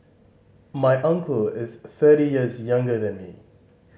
my uncle is thirty years younger than me